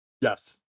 Yes